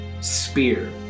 spear